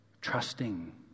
trusting